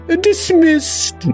dismissed